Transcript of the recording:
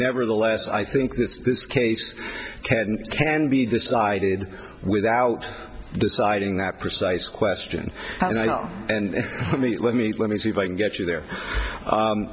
nevertheless i think this this case can be decided without deciding that precise question and let me let me let me see if i can get you there